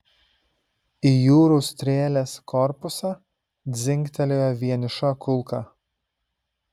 į jūrų strėlės korpusą dzingtelėjo vieniša kulka